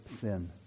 sin